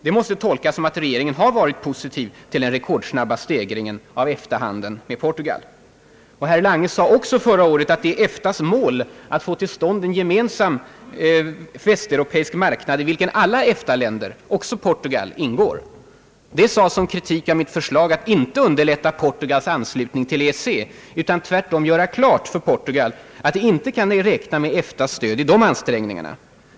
Det måste tolkas så att regeringen har varit positiv till den rekordsnabba stegringen av EFTA-handeln med Portugal. Herr Lange sade också förra året att det är »EFTA :s mål att få till stånd en förenad västeuropeisk marknad, i vilken alla EFTA-länder, däribland Portugal, ingår». Det sades såsom kritik av mitt förslag att inte underlätta Portugals anslutning till EEC utan tvärtom göra klart för Portugal att det inte kan räkna med EFTA:s stöd i de ansträngningar na.